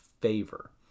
favor